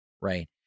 Right